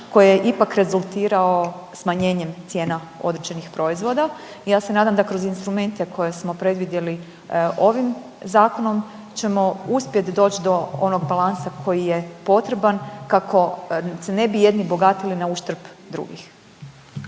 koji je ipak rezultirao smanjenjem cijena određenih proizvoda i ja se nadam da kroz instrumente koje smo predvidjeli ovim zakonom ćemo uspjet doć do onog balansa koji je potreban kako se ne bi jedni bogatili na uštrb drugih.